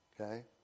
Okay